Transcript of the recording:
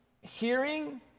Hearing